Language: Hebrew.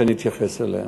ואני אתייחס אליהם,